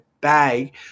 bag